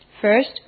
First